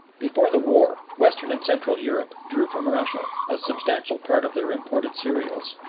before the war western and central europe drew from russia a substantial part of their imported cereals.